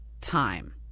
time